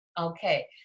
Okay